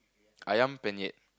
Ayam Penyet